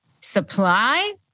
supply